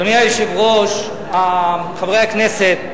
אדוני היושב-ראש, חברי הכנסת,